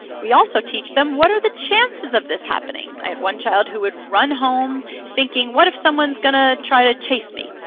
we also teach them what the chances of this happening? i had one child who would run home thinking, what if someone's going to try to chase me?